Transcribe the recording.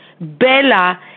Bella